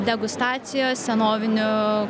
degustacijos senovinių